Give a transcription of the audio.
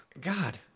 God